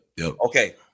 Okay